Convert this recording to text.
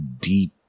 deep